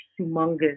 humongous